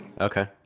okay